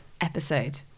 episode